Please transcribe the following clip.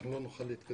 אנחנו לא נוכל להתקדם.